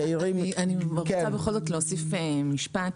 אני רוצה בכל זאת להוסיף משפט.